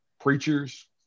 preachers